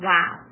Wow